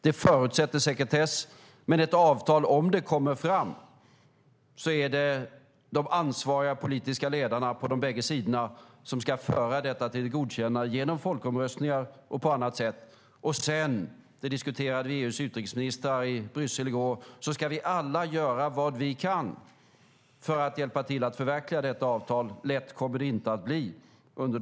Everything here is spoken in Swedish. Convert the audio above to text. Det förutsätter sekretess, men ett avtal, om det kommer fram, är det de ansvariga politiska ledarna på bägge sidor som ska föra till ett godkännande genom folkomröstningar och på annat sätt. Sedan, det diskuterade EU:s utrikesministrar i Bryssel i går, ska vi alla göra vad vi kan för att hjälpa till att förverkliga detta avtal under de år som kommer.